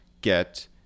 get